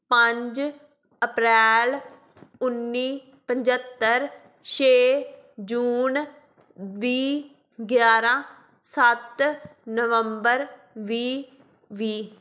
ਪੰਜ ਅਪ੍ਰੈਲ ਉੱਨੀ ਪੰਝੱਤਰ ਛੇ ਜੂਨ ਵੀਹ ਗਿਆਰਾਂ ਸੱਤ ਨਵੰਬਰ ਵੀਹ ਵੀਹ